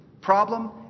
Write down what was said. Problem